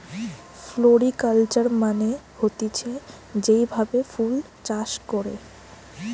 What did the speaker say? floriculture মানে হতিছে যেই ভাবে ফুল চাষ করে